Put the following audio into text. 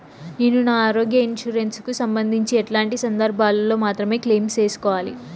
నేను నా ఆరోగ్య ఇన్సూరెన్సు కు సంబంధించి ఎట్లాంటి సందర్భాల్లో మాత్రమే క్లెయిమ్ సేసుకోవాలి?